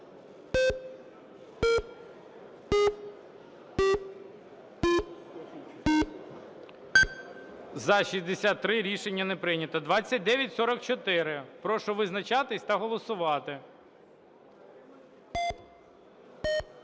За-72 Рішення не прийнято. І 3086. Прошу визначатись та голосувати.